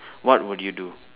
what would you do